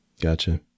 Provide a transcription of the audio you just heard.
Gotcha